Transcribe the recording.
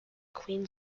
queen